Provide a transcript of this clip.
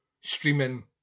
streaming